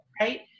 right